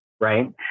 right